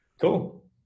Cool